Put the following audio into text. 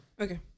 Okay